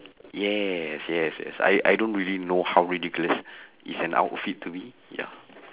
yes yes yes I I don't really know how ridiculous is an outfit to me ya